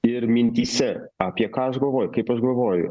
ir mintyse apie ką aš galvoju kaip aš galvoju